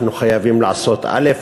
אנחנו חייבים לעשות א',